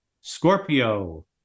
Scorpio